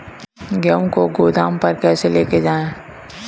गेहूँ को गोदाम पर कैसे लेकर जाएँ?